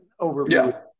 overview